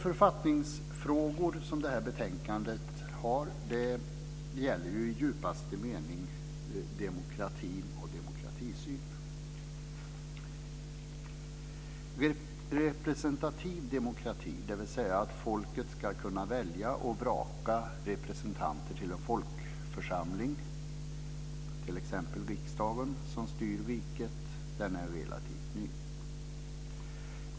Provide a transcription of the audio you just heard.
Författningsfrågor, som behandlas i detta betänkande, gäller i djupaste mening demokratin och demokratisynen. Representativ demokrati, dvs. att folket ska kunna välja och vraka representanter till en folkförsamling, t.ex. riksdagen, som styr riket är relativt ny.